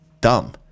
dumb